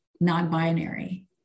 non-binary